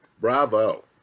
bravo